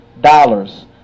dollars